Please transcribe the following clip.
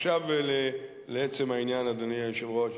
עכשיו לעצם העניין, אדוני היושב-ראש.